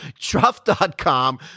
Truff.com